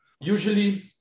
usually